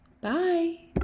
bye